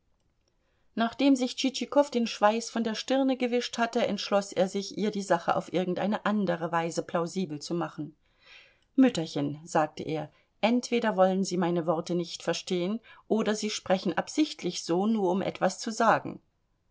nachdem sich tschitschikow den schweiß von der stirne gewischt hatte entschloß er sich ihr die sache auf irgendeine andere weise plausibel zu machen mütterchen sagte er entweder wollen sie meine worte nicht verstehen oder sie sprechen absichtlich so nur um etwas zu sagen